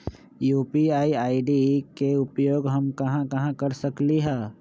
UPI ID के उपयोग हम कहां कहां कर सकली ह?